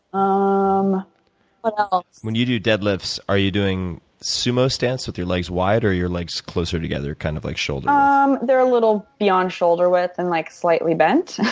um what else? when you do dead lifts, are you doing sumo stance with your legs wide, or your legs closer together, kind of like shoulder width? um they're a little beyond shoulder width and like slightly bent.